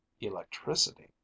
Electricity